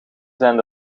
zijn